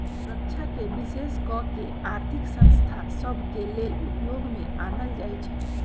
सुरक्षाके विशेष कऽ के आर्थिक संस्था सभ के लेले उपयोग में आनल जाइ छइ